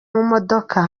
modoka